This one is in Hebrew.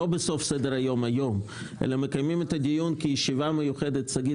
היום בסוף סדר היום אלא מקיימים אותו כישיבה מיוחדת - שגית,